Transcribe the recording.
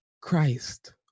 Christ